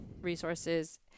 resources